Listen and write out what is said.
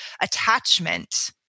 attachment